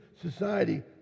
society